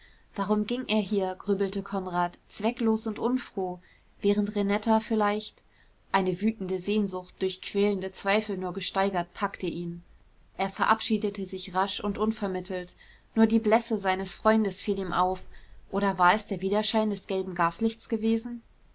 warum ging er hier grübelte konrad zwecklos und unfroh während renetta vielleicht eine wütende sehnsucht durch quälende zweifel nur gesteigert packte ihn er verabschiedete sich rasch und unvermittelt nur die blässe seines freundes fiel ihm auf oder war es der widerschein des gelben gaslichts gewesen